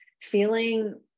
feeling